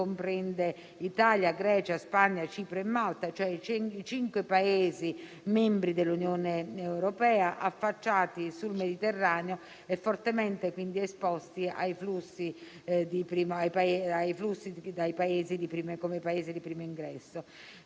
comprende Italia, Grecia, Spagna, Cipro e Malta, cioè i cinque Paesi membri dell'Unione europea affacciati sul Mediterraneo e quindi fortemente esposti ai flussi come Paesi di primo ingresso.